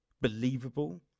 believable